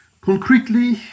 Concretely